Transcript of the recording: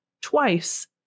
twice